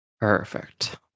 Perfect